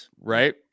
right